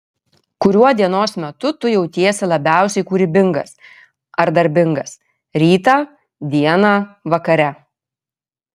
kuriuo dienos metu tu jautiesi labiausiai kūrybingas ar darbingas rytą dieną vakare